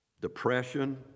depression